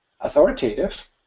authoritative